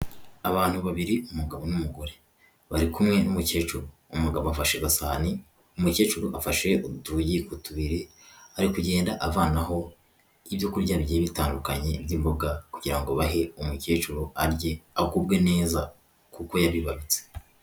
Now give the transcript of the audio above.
Abantu babiri, umugabo n'umugore. Bari kumwe n'umukecuru. Umugabo bafashe gasahani, umukecuru afashe utuyiko tubiri, ari kugenda avanaho ibyo kurya bigiye bitandukanye, by'imboga kugira ngo bahe umukecuru arye agubwe neza, kuko yabibarutse.